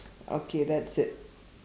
okay that's it